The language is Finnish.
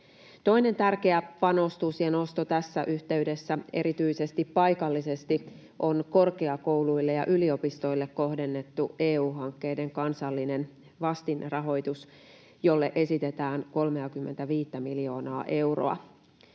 Toinen tärkeä panostus ja nosto tässä yhteydessä, erityisesti paikallisesti, on korkeakouluille ja yliopistoille kohdennettu EU-hankkeiden kansallinen vastinrahoitus, jolle esitetään 35:tä miljoonaa euroa.